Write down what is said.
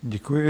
Děkuji.